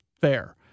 fair